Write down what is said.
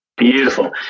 Beautiful